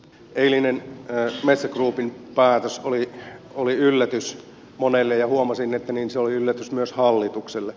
eilinen metsä groupin päätös oli yllätys monelle ja huomasin että se oli yllätys myös hallitukselle